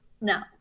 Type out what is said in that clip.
No